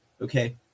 Okay